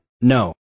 No